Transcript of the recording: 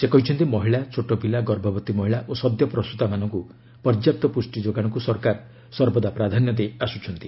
ସେ କହିଛନ୍ତି ମହିଳା ଛୋଟପିଲା ଗର୍ଭବତୀ ମହିଳା ଓ ସଦ୍ୟ ପ୍ରସ୍ତାମାନଙ୍କୁ ପର୍ଯ୍ୟାପ୍ତ ପୁଷ୍ଟି ଯୋଗାଶକୁ ସରକାର ସର୍ବଦା ପ୍ରାଧାନ୍ୟ ଦେଇ ଆସୁଛନ୍ତି